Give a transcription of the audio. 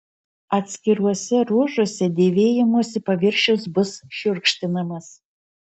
atskiruose ruožuose dėvėjimosi paviršius bus šiurkštinamas